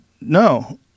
no